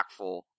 impactful